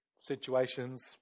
situations